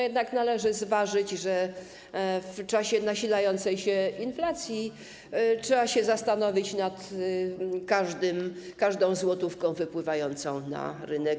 Jednak należy zważyć, że w czasie nasilającej się inflacji trzeba się zastanowić nad każdą złotówką wypływającą na rynek.